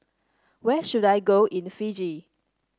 where should I go in Fiji